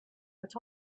but